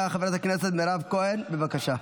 חברת הכנסת מירב כהן, בבקשה.